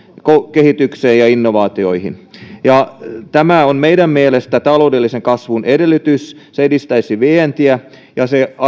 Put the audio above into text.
kehitykseen ja innovaatioihin tämä on meidän mielestämme taloudellisen kasvun edellytys se edistäisi vientiä ja se